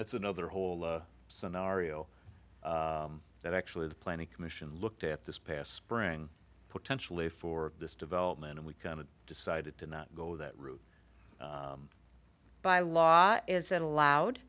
that's another whole scenario that actually the planning commission looked at this past spring potentially for this development and we kind of decided to not go that route by law is that allowed